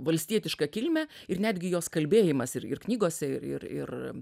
valstietišką kilmę ir netgi jos kalbėjimas ir ir knygose ir ir ir